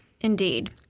Indeed